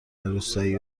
روستایی